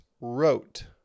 wrote